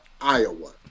Iowa